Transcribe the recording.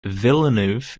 villeneuve